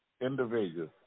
individuals